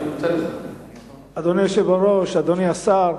אדוני היושב-ראש, אדוני השר,